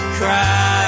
cry